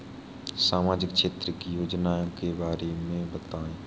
सामाजिक क्षेत्र की योजनाओं के बारे में बताएँ?